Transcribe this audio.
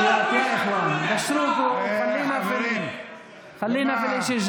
בואו נתמקד בעניין המרכזי.)